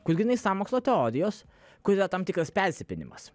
kur grynai sąmokslo teorijos kur yra tam tikras persipynimas